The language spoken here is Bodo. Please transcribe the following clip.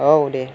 औ दे